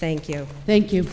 thank you thank you